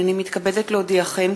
הנני מתכבדת להודיעכם,